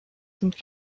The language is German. sind